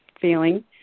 feeling